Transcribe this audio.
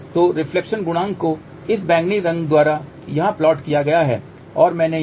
तो रिफ्लेक्शन गुणांक को इस बैंगनी रंग द्वारा यहाँ प्लाट किया गया है और मैंने यहाँ बताया है 20 dB के लिए बैंडविड्थ